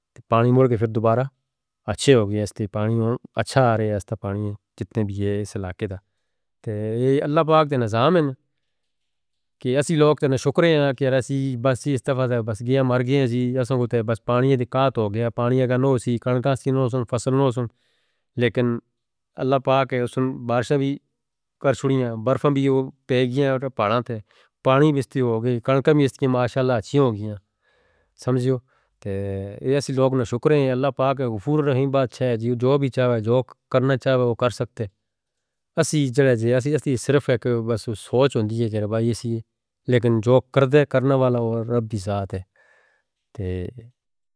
پانی مور کے پھر دوبارہ اچھے ہو گیا ہے اس تے پانی اچھا آ رہے ہیں اس تے پانی جتنے بھی ہے اس علاقے دا۔ یہ اللہ پاک دے نظام ہیں کہ اسی لوگ تے شکر ہیں کہ رباسی اس دفعہ بس گئے ہیں مر گئے ہیں۔ اسی بس پانی دی کات ہو گیا ہے پانی اگر نہ ہو سی کھڑکاں سی نہ ہو سن فصل نہ ہو سن لیکن اللہ پاک ہے اس نے بارشاں بھی کر چھڑیاں برفاں بھی پے گیا ہیں پاہڑاں تے پانی بستے ہو گئے کھڑکاں بھی اس کی ماشاءاللہ اچھی ہو گیا ہیں سمجھو۔ اسی لوگ نے شکر ہیں اللہ پاک غفور رحیم بھی اچھا ہے جو بھی چاہو ہے جو کرنا چاہو ہے وہ کر سکتے۔ ہم صرف سوچوں جی ہیں یعنی لیکن جو کردے کرنے والا وہ رب دی ذات ہے.